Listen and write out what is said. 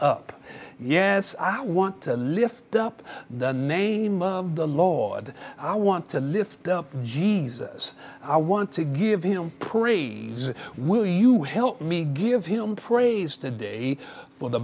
up yes i want to lift up the name of the law i want to lift up jesus i want to give him puri will you help me give him praise today for the